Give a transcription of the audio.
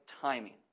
timing